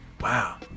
wow